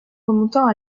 remontant